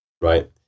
Right